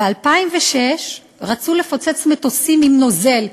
ב-2006 רצו לפוצץ מטוסים עם נוזל.